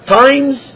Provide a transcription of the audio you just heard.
times